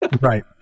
right